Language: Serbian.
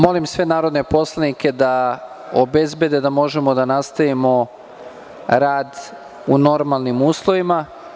Molim sve narodne poslanike da obezbede da možemo da nastavimo rad u normalnim uslovima.